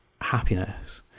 happiness